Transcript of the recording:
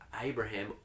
Abraham